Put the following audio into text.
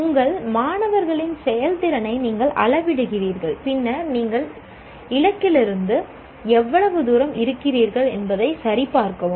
உங்கள் மாணவர்களின் செயல்திறனை நீங்கள் அளவிடுகிறீர்கள் பின்னர் நீங்கள் இலக்கிலிருந்து எவ்வளவு தூரம் இருக்கிறீர்கள் என்பதைச் சரிபார்க்கவும்